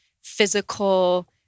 physical